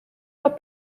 los